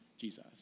Jesus